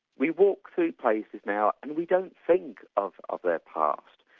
we walk to places now, and we don't think of of their past,